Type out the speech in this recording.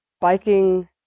biking